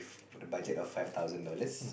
but the budget of five thousand dollars